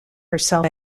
herself